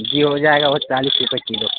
جی ہو جائے گا وہ چالیس روپئے کلو